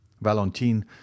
Valentine